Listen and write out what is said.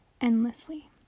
endlessly